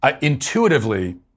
Intuitively